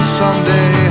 someday